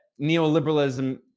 neoliberalism